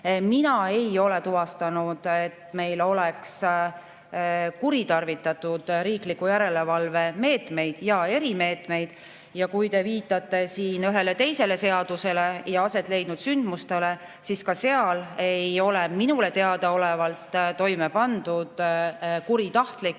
Mina ei ole tuvastanud, et meil oleks kuritarvitatud riikliku järelevalve meetmeid ja erimeetmeid. Ja kui te viitate siin ühele teisele seadusele ja asetleidnud sündmustele, siis ka sel puhul ei ole minule teadaolevalt toime pandud kuritahtlikku